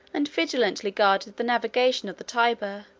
and vigilantly guarded the navigation of the tyber,